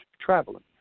traveling